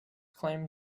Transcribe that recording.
claimed